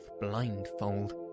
blindfold